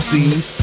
seas